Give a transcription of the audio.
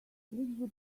lindsey